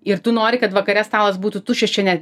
ir tu nori kad vakare stalas būtų tuščias čia ne